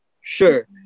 Sure